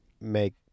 make